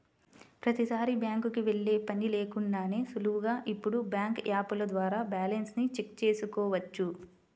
ప్రతీసారీ బ్యాంకుకి వెళ్ళే పని లేకుండానే సులువుగా ఇప్పుడు బ్యాంకు యాపుల ద్వారా బ్యాలెన్స్ ని చెక్ చేసుకోవచ్చు